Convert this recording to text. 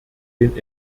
den